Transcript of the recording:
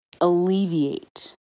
alleviate